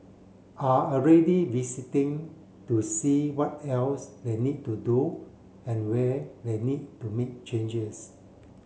are already visiting to see what else they need to do and where they need to make changes